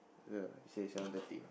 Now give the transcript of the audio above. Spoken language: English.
yeah he say seven thirty ah